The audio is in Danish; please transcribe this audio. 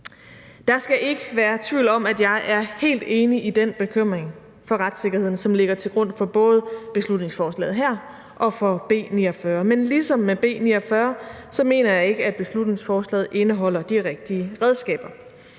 Der skal ikke være tvivl om, at jeg er helt enig i den bekymring for retssikkerheden, som ligger til grund for beslutningsforslaget her og for B 49. Men ligesom ved B 49 så mener jeg ikke, at beslutningsforslaget indeholder de rigtige redskaber.